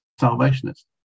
Salvationist